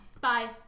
Bye